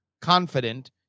confident